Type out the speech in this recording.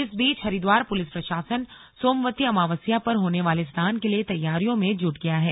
इस बीच हरिद्वार पुलिस प्रशासन सोमवती अमावस्या पर होने वाले स्नान के लिए तैयारियों में जुट गया है